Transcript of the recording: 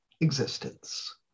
existence